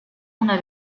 una